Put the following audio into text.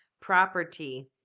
property